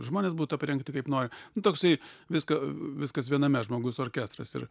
žmonės būtų aprengti kaip noriu nu toksai viską viskas viename žmogus orkestras ir